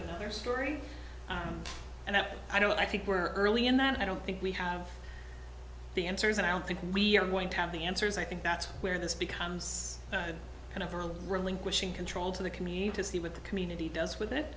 another story and i don't i think we're early in that i don't think we have the answers and i don't think we're going to have the answers i think that's where this becomes kind of a relinquishing control to the community to see what the community does with it